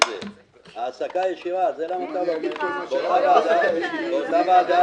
ההערות לעניין החומרים המסוכנים והעובדה